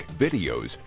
videos